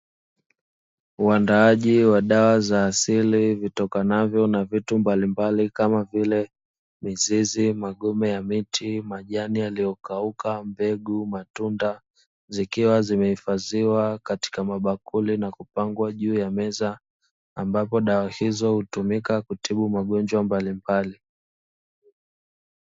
Uandaaji wa dawa za asili zitokanazo na vitu mbalimbali kama vile mizizi, magome ya miti, majani yaliyokauka, mbegu, matunda zikiwa zimehifadhiwa katika mabakuli na kupangwa juu ya meza ambapo dawa hizo hutumika kutibu magonjwa mbalimbali.